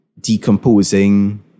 Decomposing